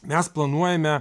mes planuojame